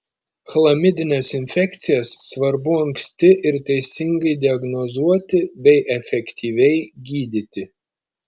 chlamidines infekcijas svarbu anksti ir teisingai diagnozuoti bei efektyviai gydyti